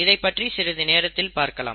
இதைப் பற்றி சிறிது நேரத்தில் பார்க்கலாம்